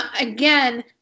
Again